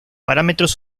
parámetros